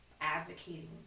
advocating